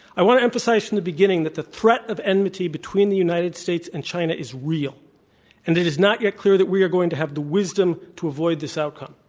i want to emphasize from the beginning that the threat of enmity between the united states and china is real and it is not yet clear that we are going to have the wisdom to avoid this outcome.